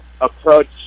approach